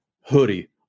hoodie